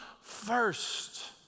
first